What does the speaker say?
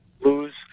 lose